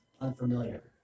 unfamiliar